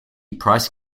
price